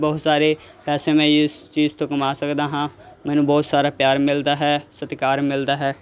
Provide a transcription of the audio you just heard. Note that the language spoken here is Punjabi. ਬਹੁਤ ਸਾਰੇ ਪੈਸੇ ਮੈਂ ਜਿਸ ਚੀਜ਼ ਤੋਂ ਕਮਾ ਸਕਦਾ ਹਾਂ ਮੈਨੂੰ ਬਹੁਤ ਸਾਰਾ ਪਿਆਰ ਮਿਲਦਾ ਹੈ ਸਤਿਕਾਰ ਮਿਲਦਾ ਹੈ